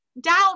down